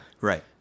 Right